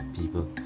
people